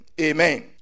Amen